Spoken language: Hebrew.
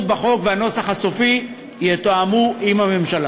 בחוק והנוסח הסופי יתואמו עם הממשלה.